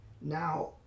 Now